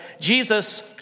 Jesus